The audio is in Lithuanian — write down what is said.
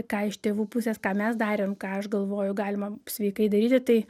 ką iš tėvų pusės ką mes darėm ką aš galvoju galima sveikai daryti tai